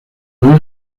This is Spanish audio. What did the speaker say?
los